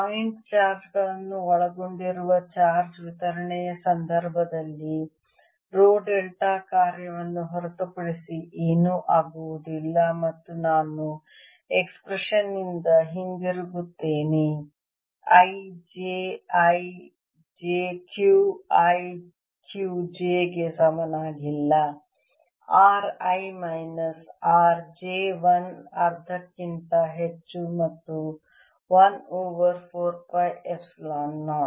point charge ಗಳನ್ನು ಒಳಗೊಂಡಿರುವ charge ವಿತರಣೆಯ ಸಂದರ್ಭದಲ್ಲಿ ರೋ ಡೆಲ್ಟಾ ಕಾರ್ಯವನ್ನು ಹೊರತುಪಡಿಸಿ ಏನೂ ಆಗುವುದಿಲ್ಲ ಮತ್ತು ನಾನು ಎಸ್ಪ್ರೆಷನ್ ನಿಂದ ಹಿಂತಿರುಗುತ್ತೇನೆ i j i j Q i Q j ಗೆ ಸಮನಾಗಿಲ್ಲ r i minus r j 1 ಅರ್ಧಕ್ಕಿಂತ ಹೆಚ್ಚು ಮತ್ತು 1 ಓವರ್ 4 ಪೈ ಎಪ್ಸಿಲಾನ್ 0